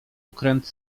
okręty